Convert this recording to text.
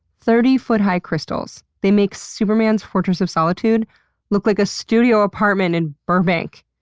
thirty foot high crystals. they make superman's fortress of solitude look like a studio apartment in burbank.